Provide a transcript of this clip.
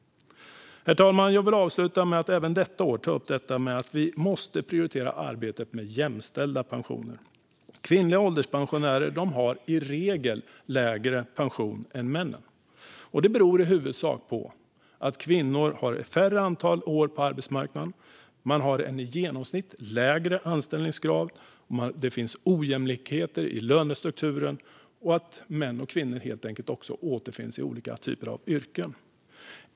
Herr talman! Jag vill avsluta med att även detta år ta upp att vi måste prioritera arbetet med jämställda pensioner. Kvinnliga ålderspensionärer har i regel lägre pension än männen. Det beror i huvudsak på att kvinnor har färre år på arbetsmarknaden och en i genomsnitt lägre anställningsgrad, på ojämlikheter i lönestrukturen och på att män och kvinnor helt enkelt återfinns i olika typer av yrken.